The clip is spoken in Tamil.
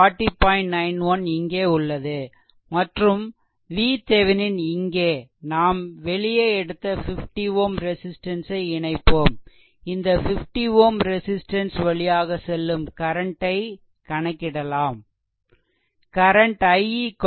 91 இங்கே உள்ளது மற்றும் VThevenin இங்கே நாம் வெளியே எடுத்த 50Ω ரெசிஸ்ட்டன்ஸ் ஐ இணைப்போம் இந்த 50Ω ரெசிஸ்ட்டன்ஸ் வழியாக செல்லும் கரண்ட்டை கணக்கிடலாம்